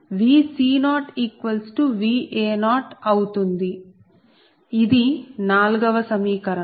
ఇది 4 వ సమీకరణం